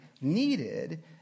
needed